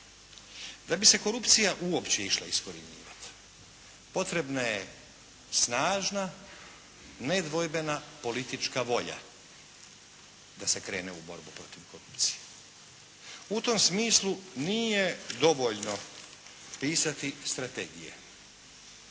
da bi se korupcija uopće išla iskorjenjivati potrebna je snažna, nedvojbena politička volja da se krene u borbu protiv korupcije. U tom smislu nije dovoljno pisati strategije,